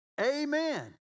Amen